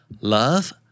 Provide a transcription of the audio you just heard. Love